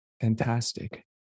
Fantastic